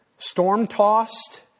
storm-tossed